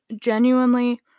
Genuinely